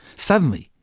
suddenly,